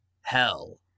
Hell